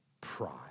pride